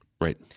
Right